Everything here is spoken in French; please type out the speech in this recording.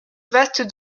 vastes